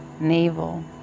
navel